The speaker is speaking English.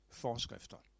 forskrifter